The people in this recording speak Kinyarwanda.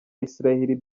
israel